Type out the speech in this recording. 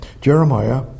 Jeremiah